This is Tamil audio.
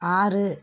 ஆறு